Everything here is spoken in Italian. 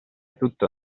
tutto